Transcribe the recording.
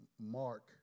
mark